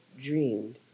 dreamed